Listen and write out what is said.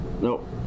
no